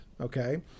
okay